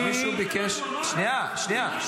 מיקי לוי לא שומע לייעוץ המשפטי?